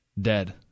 dead